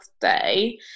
Day